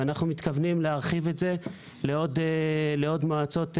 ואנחנו מתכוונים להרחיב את זה לעוד מועצות אזוריות,